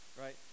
right